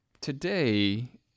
today